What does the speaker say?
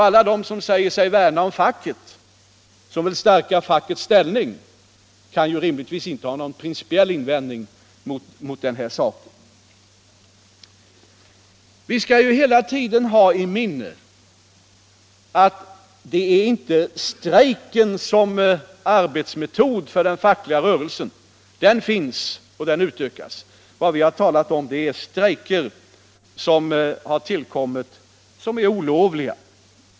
Alla de som säger sig värna om facket och som vill stärka fackets ställning kan rimligtvis inte ha någon principiell invändning mot den saken. Vi skall hela tiden ha i minnet att det inte är strejken som arbetsmetod för den fackliga rörelsen det handlar om; den möjligheten finns, och den utökas. Vad vi talar om är de olovliga strejker som förekommit.